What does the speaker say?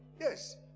Yes